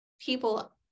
people